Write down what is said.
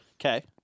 Okay